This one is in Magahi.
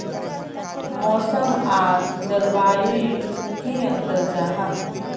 मौसम आर जलवायु युत की अंतर जाहा?